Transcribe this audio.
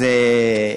לא הספקנו.